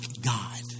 God